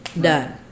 done